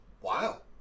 Wow